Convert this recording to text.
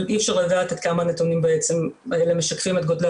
אבל אי אפשר לדעת עד כמה הנתונים האלה משקפים את גודלה